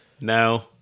No